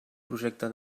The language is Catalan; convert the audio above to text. projecte